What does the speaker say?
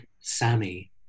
Sammy